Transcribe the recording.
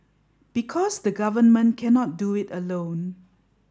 because the Government cannot do it alone